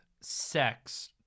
sex